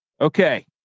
okay